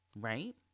right